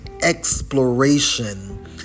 exploration